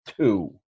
two